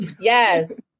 Yes